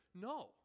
No